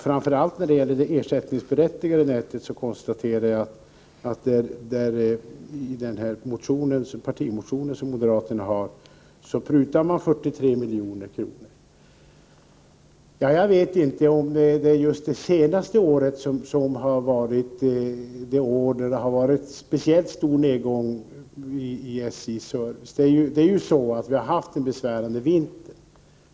Framför allt när det gäller det ersättningsberättigade nätet konstaterar jag att man i moderaternas partimotion prutar 43 milj.kr. Jag vet inte om det är just under det senaste året som det varit en speciellt stor nedgång i SJ:s service. Vi har haft en besvärlig vinter.